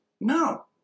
no